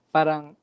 Parang